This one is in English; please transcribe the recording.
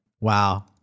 Wow